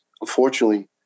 unfortunately